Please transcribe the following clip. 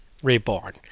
Reborn